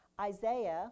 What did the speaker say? Isaiah